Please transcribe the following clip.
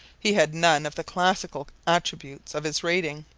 he had none of the classical attributes of his rating.